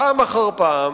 פעם אחר פעם